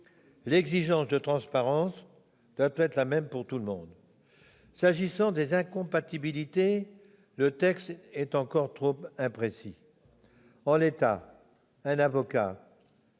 L'exigence de transparence doit être la même pour tout le monde. S'agissant des incompatibilités, le texte est encore trop imprécis. En l'état, un avocat